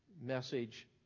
message